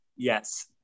yes